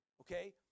Okay